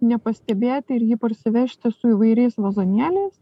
nepastebėti ir jį parsivežti su įvairiais vazonėliais